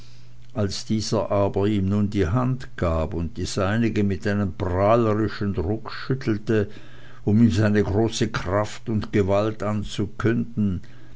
als dieser aber ihm nun die hand gab und die seinige mit einem prahlerischen druck schüttelte um ihm seine große kraft und gewalt anzukünden